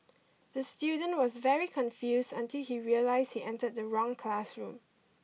the student was very confused until he realised he entered the wrong classroom